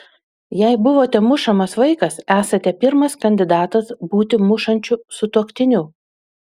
jei buvote mušamas vaikas esate pirmas kandidatas būti mušančiu sutuoktiniu